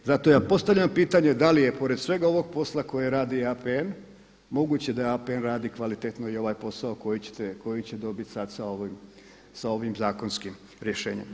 Zato ja postavljam pitanje da li je pored svega posla koje radi APN moguće da APN radi kvalitetno i ovaj posao koji će dobiti sada sa ovim zakonskim rješenjem?